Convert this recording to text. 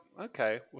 Okay